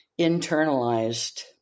internalized